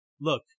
look